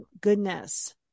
goodness